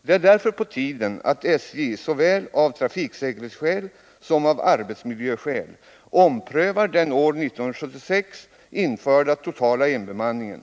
Det är därför på tiden att SJ såväl av trafiksäkerhetsskäl som av arbetsmiljöskäl omprövar den år 1976 införda totala enbemanningen.